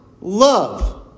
love